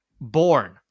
born